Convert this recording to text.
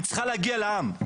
היא צריכה להגיע לעם.